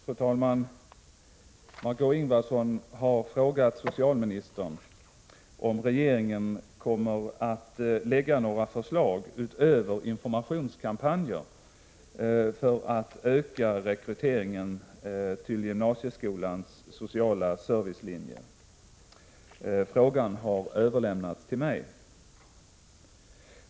Fru talman! Margö Ingvardsson har frågat socialministern om regeringen kommer att lägga några förslag, utöver informationskampanjer, för att öka rekryteringen till gymnasieskolans sociala servicelinje. Frågan har överlämnats till mig.